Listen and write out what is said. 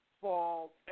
fall